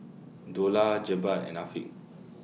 Dollah Jebat and Afiq